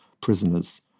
prisoners